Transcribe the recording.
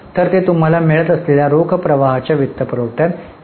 तर ते तुम्हाला मिळत असलेल्या रोख प्रवाहांच्या वित्तपुरवठ्यात येईल